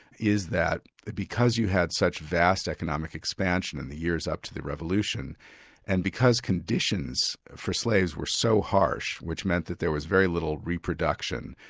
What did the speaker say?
is that that because you had such vast economic expansion in the years up to the revolution and because conditions for slaves were so harsh, which meant that there was very little reproduction,